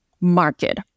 market